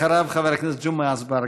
אחריו, חבר הכנסת ג'מעה אזברגה.